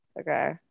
okay